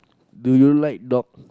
do you like dog